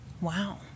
Wow